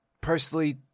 personally